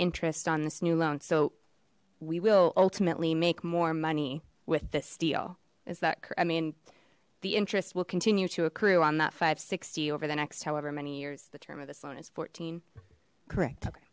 interest on this new loan so we will ultimately make more money with this deal is that i mean the interest will continue to accrue on that five sixty over the next however many years the term of this loan is fourteen correct okay